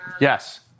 Yes